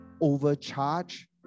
overcharge